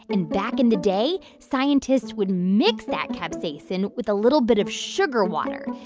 and back in the day, scientists would mix that capsaicin with a little bit of sugar water,